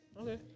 Okay